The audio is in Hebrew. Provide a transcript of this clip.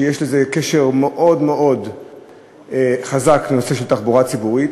שיש לו קשר מאוד מאוד חזק לנושא של תחבורה ציבורית,